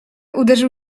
uderzył